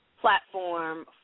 platform